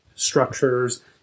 Structures